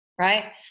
right